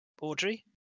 Audrey